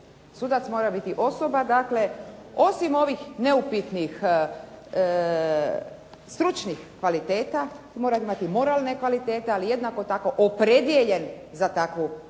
Sudac mora biti osoba dakle osim ovih neupitnih stručnih kvaliteta mora imati moralne kvalitete ali jednako tako opredijeljen za takvu profesiju.